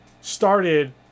started